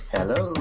Hello